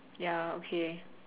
ya okay